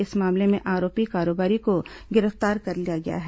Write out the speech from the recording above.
इस मामले में आरोपी कारोबारी को गिरफ्तार कर लिया गया है